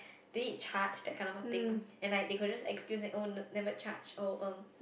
did it charge that kind of a thing and like they could just excuse and oh n~ never charge oh um